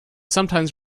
sometimes